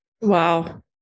Wow